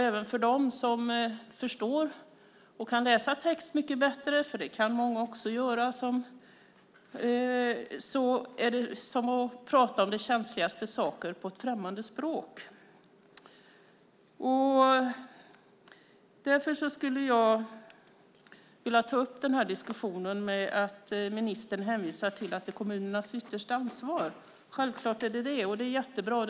Även för dem som förstår och kan läsa text bra, för det kan många, är det ändå som att tala på ett främmande språk om de känsligaste saker. Ministern hänvisar till att det är kommunernas yttersta ansvar. Självklart är det så, och det är mycket bra.